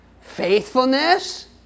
Faithfulness